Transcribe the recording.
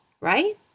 right